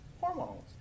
hormones